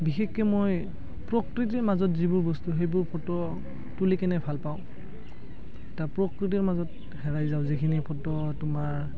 বিশেষকে মই প্ৰকৃতিৰ মাজত যিবোৰ বস্তু সেইবোৰ ফটো তুলি কেনে ভালপাওঁ এটা প্ৰকৃতিৰ মাজত হেৰাই যাওঁ যিখিনি ফটো তোমাৰ